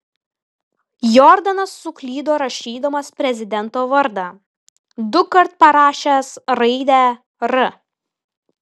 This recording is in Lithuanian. jordanas suklydo rašydamas prezidento vardą dukart parašęs raidę r